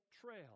trail